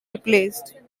replaced